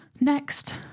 next